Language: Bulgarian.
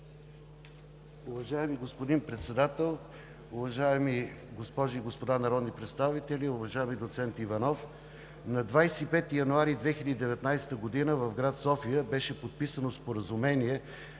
Уважаеми господин Председател, уважаеми госпожи и господа народни представители! Уважаеми доцент Иванов, на 25 януари 2019 г. в град София беше подписано Споразумение